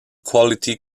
quality